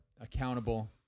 accountable